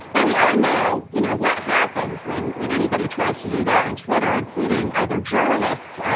now, we all know you know what happens when when anybody tries to do that on twitter, including other journalists,